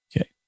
Okay